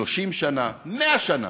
30 שנה, 100 שנה,